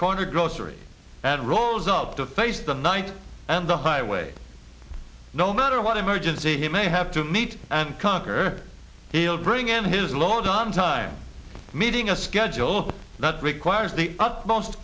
corner grocery and rolls up to face the night and the highway no matter what emergency he may have to meet and conquer he'll bring in his loans on time meeting a schedule that requires the utmost